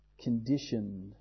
conditioned